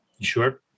Sure